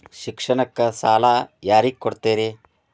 ಶಿಕ್ಷಣಕ್ಕ ಸಾಲ ಯಾರಿಗೆ ಕೊಡ್ತೇರಿ?